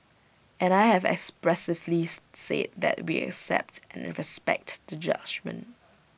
and I have expressively said that we accept and respect the judgement